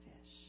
fish